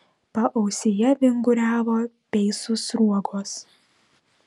paausyje vinguriavo peisų sruogos